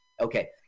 Okay